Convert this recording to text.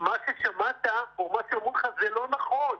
מה שאתה שמעת או מה שאמרו לך, זה לא נכון,